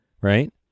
right